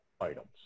items